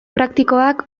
praktikoak